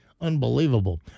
Unbelievable